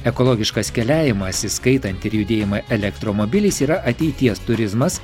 ekologiškas keliavimas įskaitant ir judėjimą elektromobiliais yra ateities turizmas